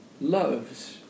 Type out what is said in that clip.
love's